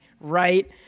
right